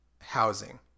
housing